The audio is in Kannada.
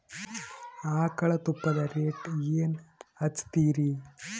ಆಕಳ ತುಪ್ಪದ ರೇಟ್ ಏನ ಹಚ್ಚತೀರಿ?